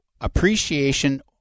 Appreciation